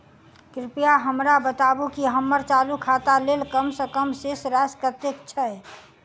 कृपया हमरा बताबू की हम्मर चालू खाता लेल कम सँ कम शेष राशि कतेक छै?